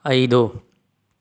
ಐದು